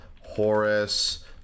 Horace